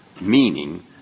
meaning